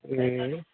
এই